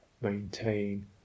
maintain